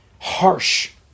harsh